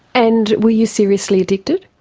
and were you seriously addicted?